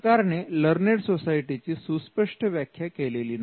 सरकारने learned society ची सुस्पष्ट व्याख्या केलेली नाही